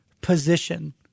position